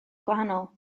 gwahanol